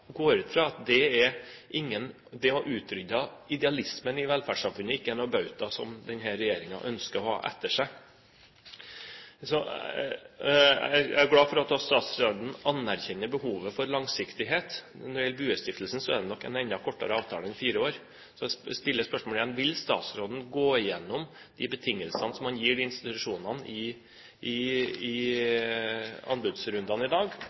går ut fra at det å utrydde idealismen i velferdssamfunnet ikke er noen bauta som denne regjeringen ønsker å ha etter seg. Jeg er glad for at statsråden anerkjenner behovet for langsiktighet, og når det gjelder BUE-stiftelsen, er det nok en enda kortere avtale enn fire år. Så jeg stiller spørsmålet igjen: Vil statsråden gå igjennom de betingelsene som man gir institusjonene i anbudsrundene i